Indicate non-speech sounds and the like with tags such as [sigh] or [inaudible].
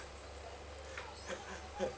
[laughs]